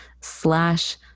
slash